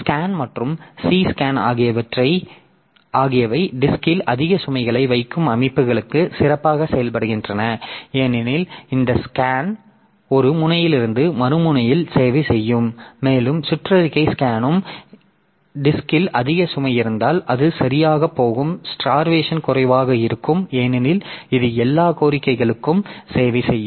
scan மற்றும் C scan ஆகியவை டிஸ்க்ல் அதிக சுமைகளை வைக்கும் அமைப்புகளுக்கு சிறப்பாக செயல்படுகின்றன ஏனெனில் இந்த ஸ்கேன் ஒரு முனையிலிருந்து மறு முனையில் சேவை செய்யும் மேலும் சுற்றறிக்கை ஸ்கானும் எனவே டிஸ்க்ல் அதிக சுமை இருந்தால் அது சரியாகப் போகும் ஸ்டார்வேசன் குறைவாக இருக்கும் ஏனெனில் இது எல்லா கோரிக்கைகளுக்கும் சேவை செய்யும்